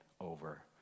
over